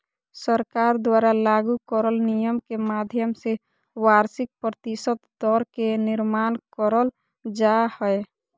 सरकार द्वारा लागू करल नियम के माध्यम से वार्षिक प्रतिशत दर के निर्माण करल जा हय